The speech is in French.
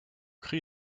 cri